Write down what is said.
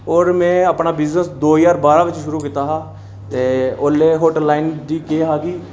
और में अपना बिजनस दो ज्हार बारां बिच शुरु कीता ते ओल्लै होटल लाइन च केह् हा कि